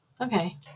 Okay